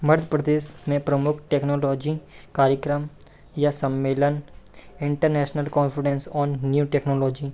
मध प्रदेश में प्रमुख टेक्नोलॉजी कार्यक्रम या सम्मेलन international conference on new technology